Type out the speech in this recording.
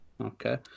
Okay